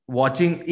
watching